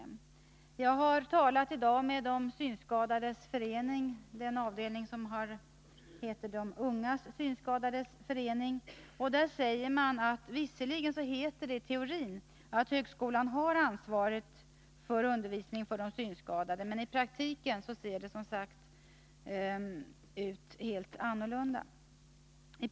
Men jag har i dag varit i kontakt med de synskadades förening — den avdelning som heter Unga synskadade — och där säger man att det visserligen heter att högskolan har ansvaret för undervisningen för de synskadade men att det i praktiken ser helt annorlunda ut.